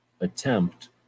attempt